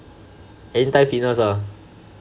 anytime fitness lah